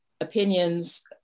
opinions